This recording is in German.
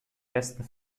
besten